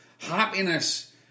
Happiness